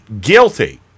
guilty